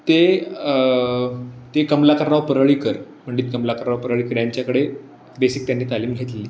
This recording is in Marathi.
ते ते कमलाकरराव परळीकर पंडित कमलाकरराव परळीकर यांच्याकडे बेसिक त्यांनी तालीम घेतलेली